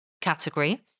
category